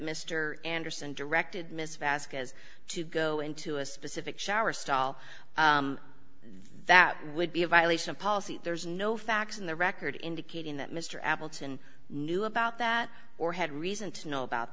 mr anderson directed miss vazquez to go into a specific shower stall that would be a violation of policy there's no facts in the record indicating that mr appleton knew about that or had reason to know about